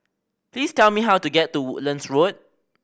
please tell me how to get to Woodlands Road